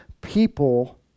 people